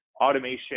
Automation